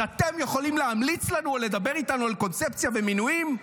אז אתם יכולים להמליץ לנו או לדבר איתנו על קונספציה ומינויים?